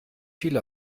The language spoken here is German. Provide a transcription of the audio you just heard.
viel